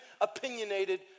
opinionated